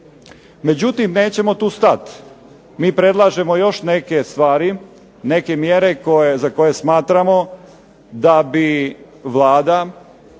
Međutim nećemo tu stati. Mi predlažemo još neke stvari, neke mjere za koje smatramo da bi Vlada